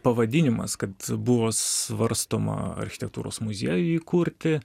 pavadinimas kad buvo svarstoma architektūros muziejų įkurti